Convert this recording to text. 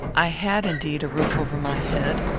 i had indeed a roof over my head.